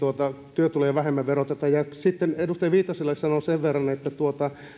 työtuloja vähemmän verotetaan sitten edustaja viitaselle sanon sen verran että